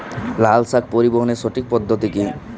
লালশাক পরিবহনের সঠিক পদ্ধতি কি?